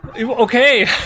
Okay